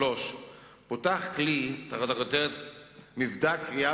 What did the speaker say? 3. פותח כלי שהכותרת שלו "מבדק קריאה